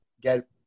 get